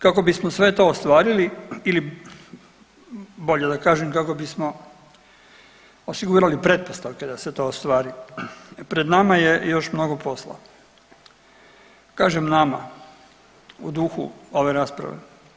Kako bismo sve to ostvarili ili bolje da kažem kako bismo osigurali pretpostavke da se to ostvari pred nama je još mnogo posla, kažem nama u duhu ove rasprave.